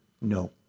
no